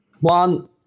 one